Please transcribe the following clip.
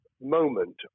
moment